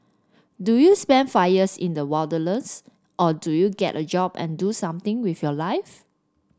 do you spend five years in the wilderness or do you get a job and do something with your life